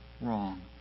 wrong